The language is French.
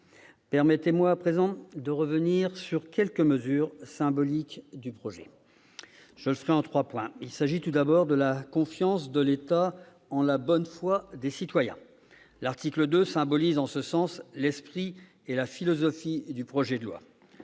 mes chers collègues, de revenir sur quelques mesures symboliques du projet de loi. Je le ferai en trois points. Il s'agit, tout d'abord, de la confiance de l'État en la bonne foi des citoyens. L'article 2 symbolise, en ce sens, l'esprit et la philosophie du texte. Le droit